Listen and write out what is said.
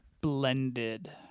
blended